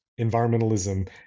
environmentalism